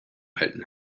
alten